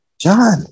John